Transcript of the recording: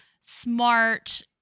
smart